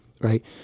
Right